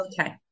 Okay